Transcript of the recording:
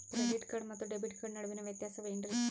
Credit card ಮತ್ತು debit card ನಡುವಿನ ವ್ಯತ್ಯಾಸ ವೇನ್ರೀ?